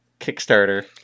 Kickstarter